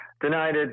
denied